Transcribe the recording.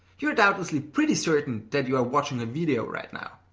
you're doubtlessly pretty certain that you're watching a video right now,